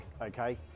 okay